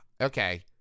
okay